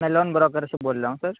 میں land broker سے بول رہا ہوں سر